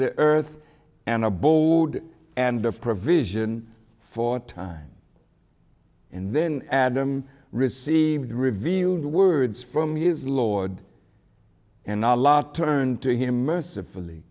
the earth an abode and the provision for time and then adam received revealed words from his lord and a lot turned to him mercifully